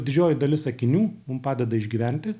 didžioji dalis akinių mum padeda išgyventi